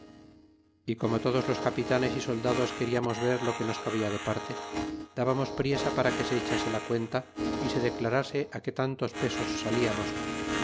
y como todos los capitanes y soldados queriamos ver lo que nos cabia de parte dabannos priesa para que se echase la cuenta y se declarase que tantos pesos salíamos y